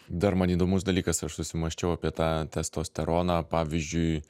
dar man įdomus dalykas aš susimąsčiau apie tą testosteroną pavyzdžiui